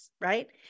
right